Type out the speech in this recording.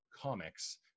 comics